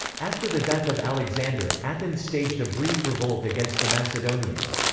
after the death of alexander, athens staged a brief revolt against the macedonians.